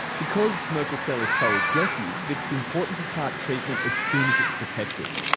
because merkel cell is so aggressive, it's important to start treatment as soon as it's detected,